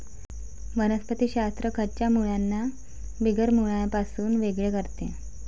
वनस्पति शास्त्र खऱ्या मुळांना बिगर मुळांपासून वेगळे करते